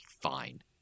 fine